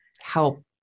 help